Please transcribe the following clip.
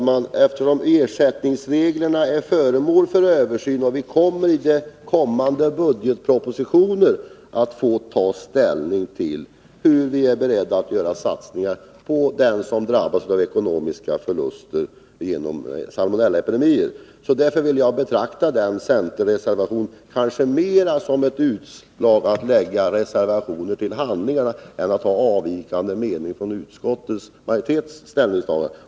Fru talman! Ersättningsreglerna är föremål för översyn, och vi kommer med anledning av kommande budgetpropositioner att få ta ställning till hur vi skall göra satsningar på ersättning till dem som drabbas av ekonomiska förluster på grund av salmonellaepidemier. Därför vill jag betrakta centerns reservation kanske mera som ett utslag av en önskan att få reservationer lagda till handlingarna än att avvika från utskottsmajoritetens ställningstagande.